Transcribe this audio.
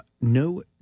no